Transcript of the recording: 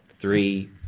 three